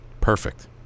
Perfect